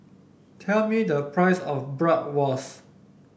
tell me the price of Bratwurst